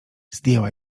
zdjęła